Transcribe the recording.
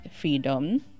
freedom